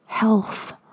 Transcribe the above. Health